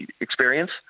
experience